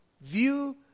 view